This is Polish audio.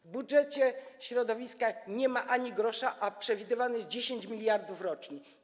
W budżecie środowiska nie ma ani grosza, a przewidywane jest 10 mld rocznie.